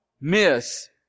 miss